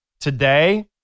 today